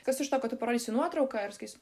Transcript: kas iš to kad tu parodysi nuotrauką ir sakysi